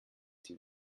sie